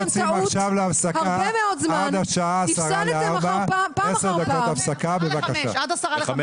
עכשיו להפסקה עד השעה 16:50. עשר דקות הפסקה בבקשה.